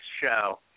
show